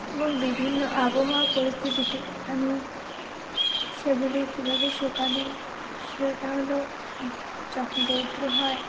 এবং বিভিন্ন আবহাওয়া পরিস্থিতিতে আমি সেগুলি কীভাবে শুকানো সেটা হলো যখন রৌদ্র হয়